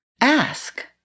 ask